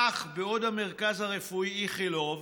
כך, בעוד במרכז הרפואי איכילוב